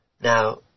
Now